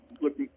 look